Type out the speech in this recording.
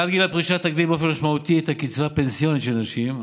העלאת גיל הפרישה תגדיל באופן משמעותי את הקצבה הפנסיונית של נשים: